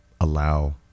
allow